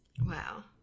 Wow